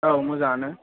औ मोजांआनो